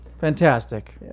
fantastic